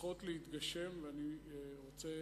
צריכה להתגשם, ואני רוצה